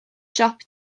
siop